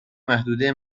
محدوده